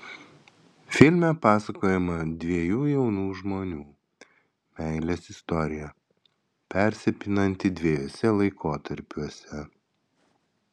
filme pasakojama dviejų jaunų žmonių meilės istorija persipinanti dviejuose laikotarpiuose